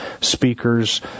speakers